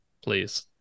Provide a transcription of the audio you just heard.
please